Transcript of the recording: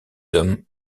hommes